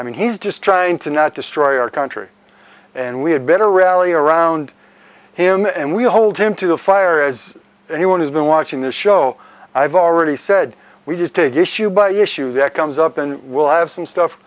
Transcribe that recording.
i mean he's just trying to not destroy our country and we had better rally around him and we'll hold him to the fire as anyone who's been watching the show i've already said we just take issue by issue that comes up and we'll have some stuff